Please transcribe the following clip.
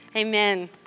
Amen